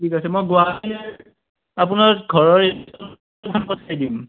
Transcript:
ঠিক আছে মই গুৱাহাটীৰ আপোনাৰ ঘৰৰ এড্ৰেছটোত মই পঠাই দিম